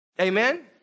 Amen